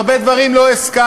על הרבה דברים לא הסכמנו,